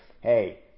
hey